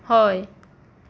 हय